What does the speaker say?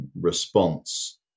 response